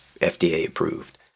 FDA-approved